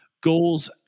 Goals